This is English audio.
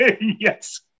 Yes